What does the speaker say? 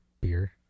beer